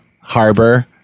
Harbor